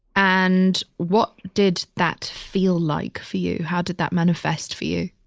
and what did that feel like for you? how did that manifest for you?